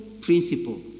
principle